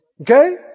Okay